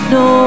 no